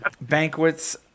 Banquet's